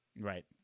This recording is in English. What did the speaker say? Right